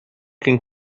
can